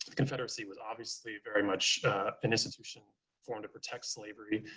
confederacy was obviously very much an institution formed to protect slavery.